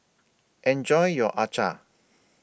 Enjoy your Acar